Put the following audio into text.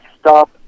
stop